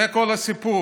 זה כל הסיפור.